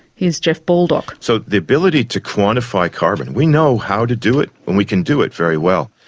here's jeff baldock. so the ability to quantify carbon, we know how to do it and we can do it very well.